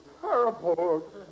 terrible